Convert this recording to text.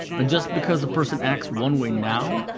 and just because a person acts one way now,